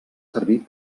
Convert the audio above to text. servir